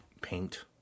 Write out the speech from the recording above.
paint